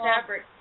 fabric